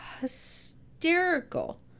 hysterical